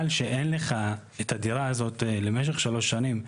שאין לך את הדירה הזאת למשך שלוש שנים,